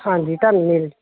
ਹਾਂਜੀ ਤੁਹਾਨੂੰ ਮਿਲ